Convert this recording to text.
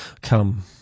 Come